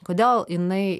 kodėl jinai